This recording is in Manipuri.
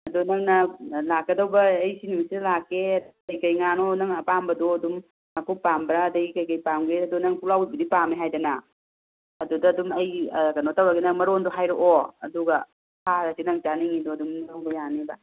ꯑꯗꯣ ꯅꯪꯅ ꯂꯥꯛꯀꯗꯧꯕ ꯑꯩ ꯁꯤ ꯅꯨꯃꯤꯠꯁꯤꯗ ꯂꯥꯛꯀꯦ ꯀꯔꯤ ꯀꯔꯤ ꯉꯥꯅꯣ ꯅꯪꯅ ꯑꯄꯥꯝꯕꯗꯣ ꯑꯗꯨꯝ ꯉꯥꯀꯨꯞ ꯄꯥꯝꯕ꯭ꯔ ꯑꯗꯨꯗꯩ ꯀꯔꯤ ꯀꯔꯤ ꯄꯥꯝꯒꯦꯗꯣ ꯅꯪ ꯄꯨꯛꯂꯥꯎꯕꯤꯗꯤ ꯄꯥꯝꯃꯦ ꯍꯥꯏꯗꯅ ꯑꯗꯨꯗ ꯑꯗꯨꯝ ꯑꯩ ꯀꯩꯅꯣ ꯇꯧꯔꯒꯦ ꯅꯪ ꯃꯔꯣꯜꯗꯣ ꯍꯥꯏꯔꯛꯑꯣ ꯑꯗꯨꯒ ꯐꯥꯔꯁꯤ ꯅꯪ ꯆꯥꯅꯤꯡꯉꯤꯗꯣ ꯑꯗꯨꯒ ꯂꯧꯕ ꯌꯥꯔꯅꯦꯕ